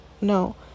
no